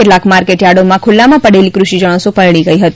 કેટલાંક માર્કેટથાર્ડીમાં ખુલ્લામાં પડેલી દૃષિ જણસો પલળી ગઇ હતી